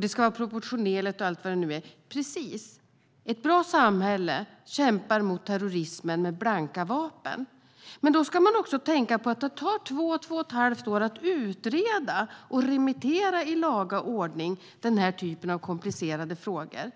Det ska vara proportionerligt och allt vad det nu kan vara. Precis! Ett bra samhälle kämpar mot terrorismen med blanka vapen. Men då ska man tänka på att det tar två till två och ett halvt år att utreda och i laga ordning remittera den typen av komplicerade frågor.